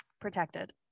protected